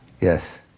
Yes